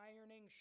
ironing